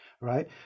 right